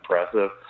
impressive